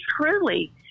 truly